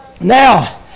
Now